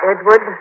Edward